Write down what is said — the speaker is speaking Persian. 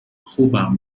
خوبم